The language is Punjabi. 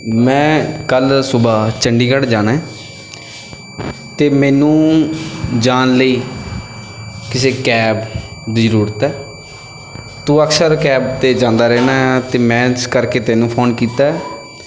ਮੈਂ ਕੱਲ੍ਹ ਸੁਬਾਹ ਚੰਡੀਗੜ੍ਹ ਜਾਣਾ ਅਤੇ ਮੈਨੂੰ ਜਾਣ ਲਈ ਕਿਸੇ ਕੈਬ ਦੀ ਜ਼ਰੂਰਤ ਹੈ ਤੂੰ ਅਕਸਰ ਕੈਬ 'ਤੇ ਜਾਂਦਾ ਰਹਿੰਦਾ ਆਂ ਅਤੇ ਮੈਂ ਇਸ ਕਰਕੇ ਤੈਨੂੰ ਫੋਨ ਕੀਤਾ